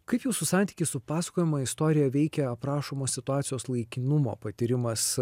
kaip jūsų santykis su pasakojama istorija veikia aprašomos situacijos laikinumo patyrimas